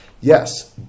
Yes